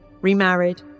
remarried